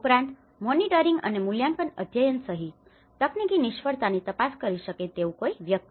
ઉપરાંત મોનિટરિંગ અને મૂલ્યાંકન અધ્યયન સહિત તકનીકી નિષ્ફળતાની તપાસ કરી શકે તેવું કોઈ વ્યક્તિ